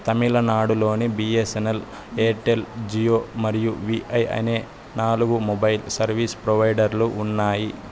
తమిళనాడులోని BSNL Airtel Jio మరియు VI అనే నాలుగు మొబైల్ సర్వీస్ ప్రొవైడర్లు ఉన్నాయి